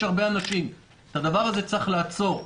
הרבה אנשים את הדבר הזה צריך לעצור.